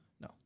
No